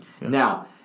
Now